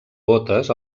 botes